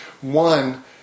One